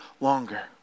longer